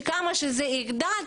שכמה שזה יגדל,